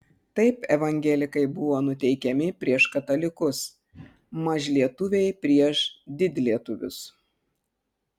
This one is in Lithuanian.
taip evangelikai buvo nuteikiami prieš katalikus mažlietuviai prieš didlietuvius